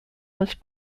was